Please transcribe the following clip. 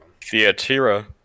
Theatira